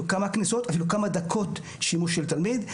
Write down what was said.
אפילו כמה דקות שימוש של תלמיד.